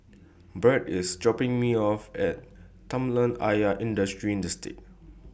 Brad IS dropping Me off At Kolam Ayer Industrial Estate